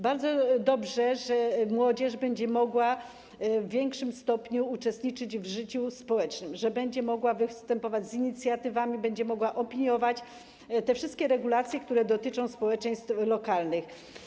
Bardzo dobrze, że młodzież będzie mogła w większym stopniu uczestniczyć w życiu społecznym, że będzie mogła występować z inicjatywami, będzie mogła opiniować te wszystkie regulacje, które dotyczą społeczeństw lokalnych.